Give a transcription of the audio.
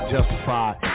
Justified